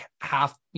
half